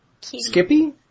Skippy